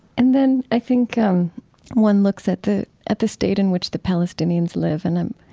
and then i think one looks at the at the state in which the palestinians live, and and